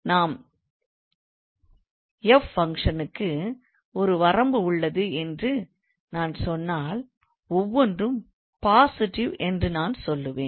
எனவேநாம் F function க்கு ஒரு வரம்பு உள்ளது என்று நாம் சொன்னால் ஒவ்வொன்றும் positive என்று நான் சொல்வேன்